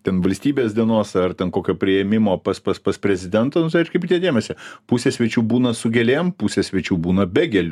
ten valstybės dienos ar ten kokio priėmimo pas pas pas prezidentą nu tai atkreipkite dėmesį pusė svečių būna su gėlėm pusė svečių būna be gėlių